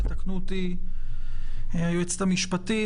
ותקני אותי היועצת המשפטית,